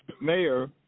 mayor